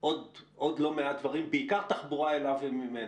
עוד לא מעט דברים, בעיקר תחבורה אליו וממנו.